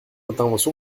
intervention